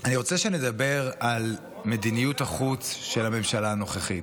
אני רוצה שנדבר על מדיניות החוץ של הממשלה הנוכחית,